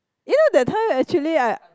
you know that time actually I